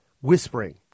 whispering